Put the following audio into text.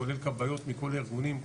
כבאיות מכל הארגונים,